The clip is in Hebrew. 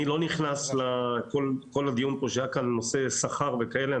אני לא נכנס לכל הדיון פה שהיה כאן בנושא שכר וכאלה,